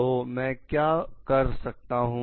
तो मैं क्या कर सकता हूं